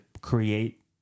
create